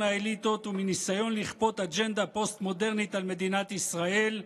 האליטות ומניסיון לכפות אג'נדה פוסט-מודרנית על מדינת ישראל,